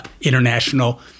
international